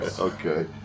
okay